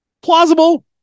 Plausible